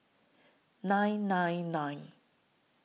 nine nine nine